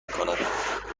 کند